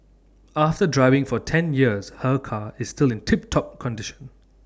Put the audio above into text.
after driving for ten years her car is still in tip top condition